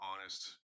honest